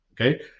okay